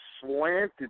slanted